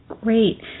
Great